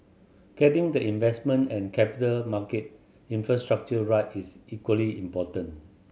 getting the investment and capital market infrastructure right is equally important